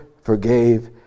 forgave